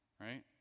Right